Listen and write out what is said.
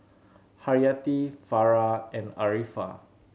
Haryati Farah and Arifa